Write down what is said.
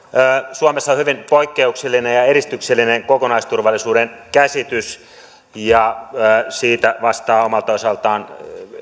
suomessa on hyvin poikkeuksellinen ja edistyksellinen kokonaisturvallisuuskäsitys ja siitä vastaa omalta osaltaan